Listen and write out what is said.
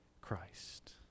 Christ